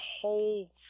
whole